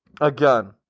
again